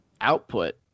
output